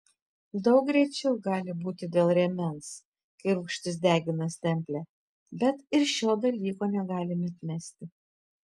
daug rečiau gali būti dėl rėmens kai rūgštis degina stemplę bet ir šio dalyko negalime atmesti